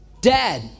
dad